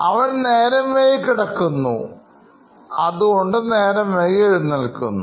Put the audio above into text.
അവൻ നേരം വൈകി കിടക്കുന്നു അതുകൊണ്ട് നേരം വൈകി എഴുന്നേൽക്കുന്നു